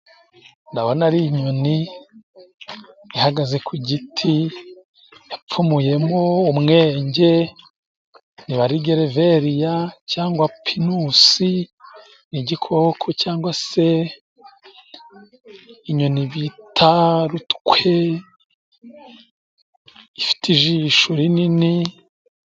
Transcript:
Ndabona ari inyoni ihagaze ku giti yapfumuyemo umwenge niba ari gereveriya cyangwa pinusi, ni igikoko cyangwa se inyoni bita rutwe ifite ijisho rinini.